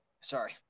Sorry